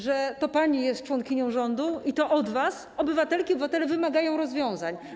że to pani jest członkinią rządu i to od was obywatelki i obywatele wymagają rozwiązań.